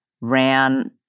ran